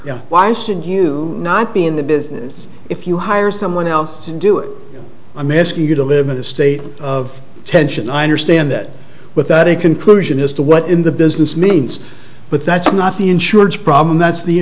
it why should you not be in the business if you hire someone else to do it i'm asking you to live in a state of tension i understand that without a conclusion as to what in the business means but that's not the insurance problem that's the